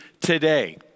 today